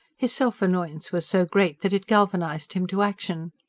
his self-annoyance was so great that it galvanised him to action.